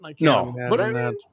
No